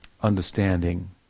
understanding